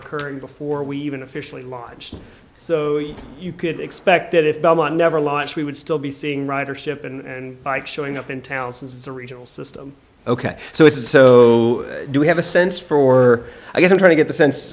occurring before we even officially launched so you could expect that if belmont never launched we would still be seeing ridership and bike showing up in town since it's a regional system ok so it's so do we have a sense for or i guess i'm trying to get the sense